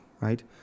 right